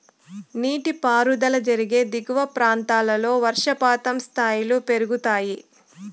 నీటిపారుదల జరిగే దిగువ ప్రాంతాల్లో వర్షపాతం స్థాయిలు పెరుగుతాయి